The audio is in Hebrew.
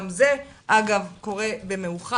גם זה אגב קורה מאוחר.